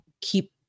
keep